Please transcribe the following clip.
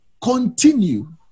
continue